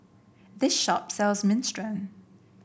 this shop sells Minestrone